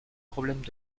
problèmes